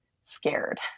scared